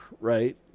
right